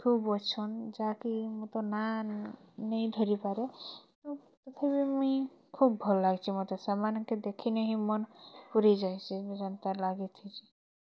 ଖୁବ୍ ଅଛନ୍ ଯାହାକି ମୁଁ ତ ନାଁ ନେଇଁ ଧରିପାରେ ତଥାପି ମୁଇଁ ଖୁବ୍ ଭଲ୍ ଲାଗଚି ମତେ ସେମାନେଙ୍କେ ଦେଖିନେ ହିଁ ମନ ପୁରି ଯାଇସି ଜେନତା ଲାଗୁଥିସି